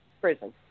prison